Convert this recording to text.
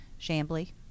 Shambly